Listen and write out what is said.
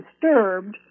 disturbed